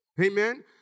Amen